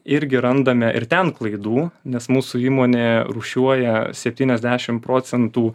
irgi randame ir ten klaidų nes mūsų įmonė rūšiuoja septyniasdešimt procentų